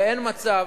ואין מצב